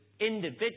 individuals